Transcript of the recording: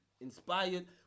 inspired